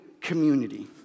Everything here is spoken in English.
community